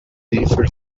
defer